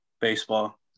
baseball